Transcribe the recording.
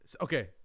Okay